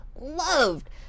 loved